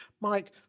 Mike